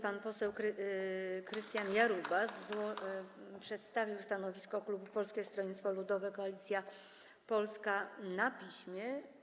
Pan poseł Krystian Jarubas przedstawił stanowisko klubu Polskie Stronnictwo Ludowe - Koalicja Polska na piśmie.